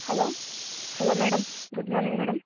hello hello madam good morning madam